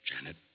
Janet